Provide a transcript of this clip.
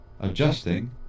Adjusting